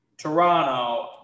Toronto